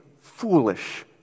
foolish